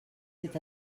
c’est